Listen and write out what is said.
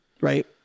Right